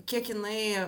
kiek jinai